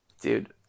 Dude